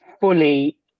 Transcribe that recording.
fully